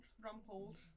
rumpled